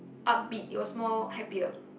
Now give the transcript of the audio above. upbeat it was more happier